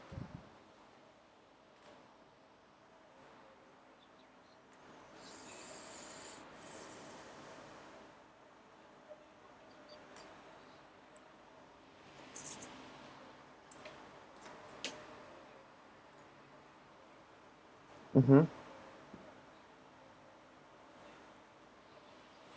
mmhmm